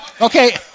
Okay